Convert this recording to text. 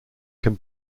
can